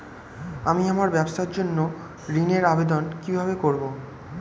আমি আমার ব্যবসার জন্য ঋণ এর আবেদন কিভাবে করব?